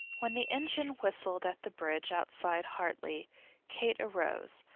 when the engine whistled at the bridge outside hartley kate arose,